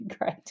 great